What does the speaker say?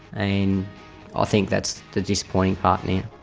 and i think that's the disappointing part now.